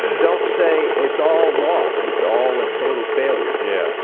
don't say, it's all lost, it's all a total failure yeah see,